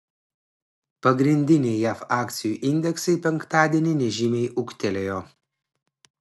pagrindiniai jav akcijų indeksai penktadienį nežymiai ūgtelėjo